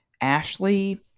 Ashley